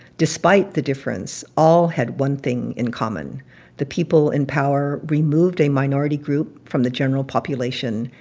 despite the difference, all had one thing in common the people in power removed a minority group from the general population,